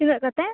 ᱛᱤᱱᱟᱹᱜ ᱠᱟᱛᱮᱫ